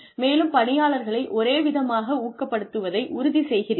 மேலும் பணியாளர்களை ஒரே விதமாக ஊக்கப்படுத்துவதை உறுதி செய்கிறீர்கள்